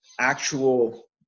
actual